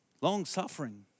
long-suffering